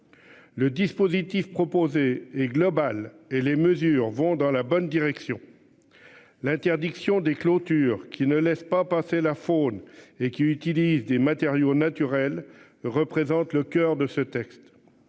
Le dispositif proposé et globale et les mesures vont dans la bonne direction. L'interdiction des clôtures, qui ne laisse pas passer la faune et qui utilise des matériaux naturels représentent le coeur de ce texte.